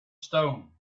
stones